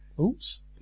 Oops